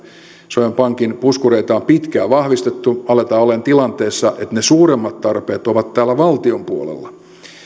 suomen pankin puskureita on pitkään vahvistettu aletaan olla tilanteessa että ne suuremmat tarpeet ovat täällä valtion puolella